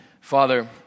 Father